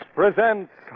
presents